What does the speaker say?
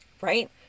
Right